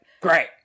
great